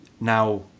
now